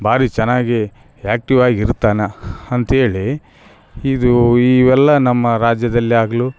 ಭಾರಿ ಚೆನ್ನಾಗಿ ಆಕ್ಟಿವ್ಯಾಗಿ ಇರ್ತಾನೆ ಅಂತ್ಹೇಳಿ ಇದು ಈವೆಲ್ಲ ನಮ್ಮ ರಾಜ್ಯದಲ್ಲಿಯಾಗಲೂ